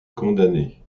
condamnée